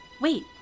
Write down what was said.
Wait